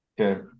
Okay